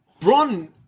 Braun